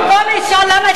במקום לשאול למה הצבעתי בעד,